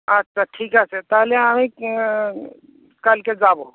আচ্ছা ঠিক আছে তাহলে আমি কালকে যাব